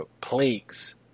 plagues